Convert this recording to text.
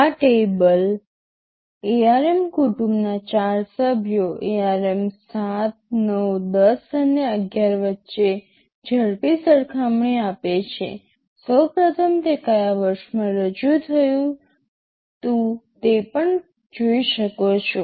આ table ARM કુટુંબના 4 સભ્યો ARM 7 9 10 અને 11 ની વચ્ચે ઝડપી સરખામણી આપે છે સૌ પ્રથમ તે કયા વર્ષમાં રજૂ થયું તું તે પણ જોઈ શકો છો